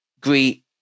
greet